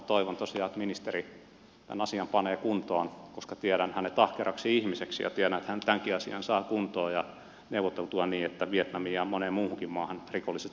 toivon tosiaan että ministeri tämän asian panee kuntoon koska tiedän hänet ahkeraksi ihmiseksi ja tiedän että hän tämänkin asian saa kuntoon ja neuvoteltua niin että vietnamiin ja moneen muuhunkin maahan rikolliset saadaan palautettua